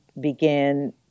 began